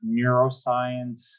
neuroscience